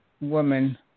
woman